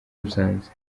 musanze